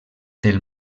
del